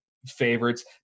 Favorites